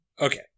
Okay